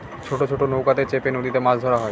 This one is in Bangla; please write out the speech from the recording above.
ছোট ছোট নৌকাতে চেপে নদীতে মাছ ধরা হয়